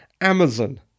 Amazon